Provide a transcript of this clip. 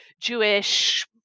Jewish